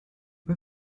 bei